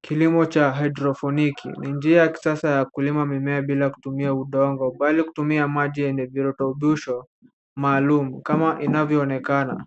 Kilimo cha haidroponiki ni njia ya kisasa ya kulima mimea bila kutumia udongo, bali kutumia maji yenye virutubisho maalum kama inavyoonekana.